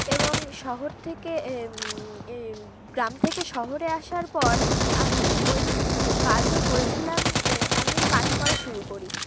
এবং শহর থেকে গ্রাম থেকে শহরে আসার পর আমি ঐ কাজ ও করেছিলাম আমি ঐ কাজ করা শুরু করি